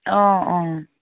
অঁ অঁ